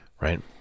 Right